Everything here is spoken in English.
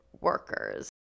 workers